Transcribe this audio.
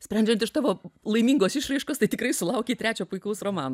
sprendžiant iš tavo laimingos išraiškos tai tikrai sulaukei trečio puikaus romano